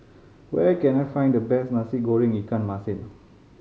where can I find the best Nasi Goreng ikan masin